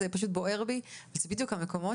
זה פשוט בוער בי: אלה בדיוק המקומות